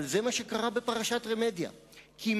אבל זה מה שקרה בפרשת "רמדיה" נכון.